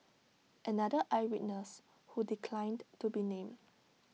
another eye witness who declined to be named